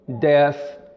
death